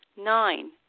Nine